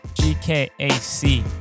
GKAC